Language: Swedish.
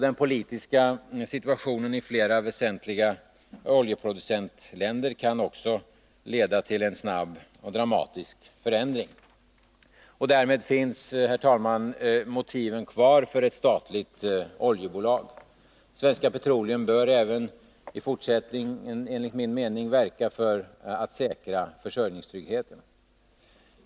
Den politiska situationen i flera väsentliga oljeproducentländer kan också leda till en snabb och dramatisk förändring. Därmed finns, herr talman, motiven kvar för ett statligt oljebolag. Svenska Petroleum bör även i fortsättningen enligt min mening verka för att försörjningstryggheten säkras.